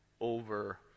over